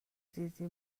دیدی